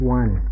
one